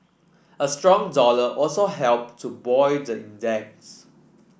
a strong dollar also helped to buoy the index